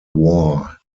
war